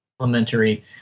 elementary